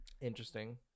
interesting